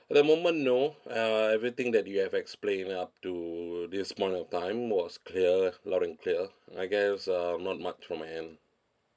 at the moment no uh everything that you have explained up to this point of time was clear loud and clear I guess um not much from my end